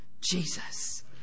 Jesus